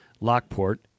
Lockport